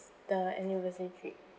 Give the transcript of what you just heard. the anniversary trip